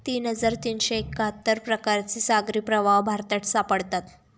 तीन हजार तीनशे एक्काहत्तर प्रकारचे सागरी प्रवाह भारतात सापडतात